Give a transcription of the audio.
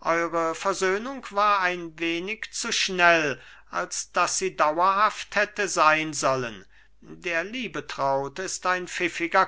eure versöhnung war ein wenig zu schnell als daß sie dauerhaft hätte sein sollen der liebetraut ist ein pfiffiger